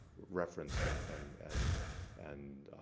referenced and and and and